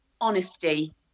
honesty